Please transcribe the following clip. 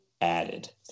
added